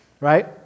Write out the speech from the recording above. right